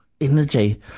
Energy